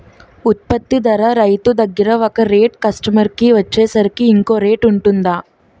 ఉత్పత్తి ధర రైతు దగ్గర ఒక రేట్ కస్టమర్ కి వచ్చేసరికి ఇంకో రేట్ వుంటుందా?